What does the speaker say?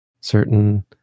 certain